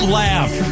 laugh